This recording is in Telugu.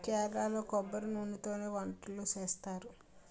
కేరళలో కొబ్బరి నూనెతోనే వంటలు చేస్తారు